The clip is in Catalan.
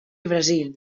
brasil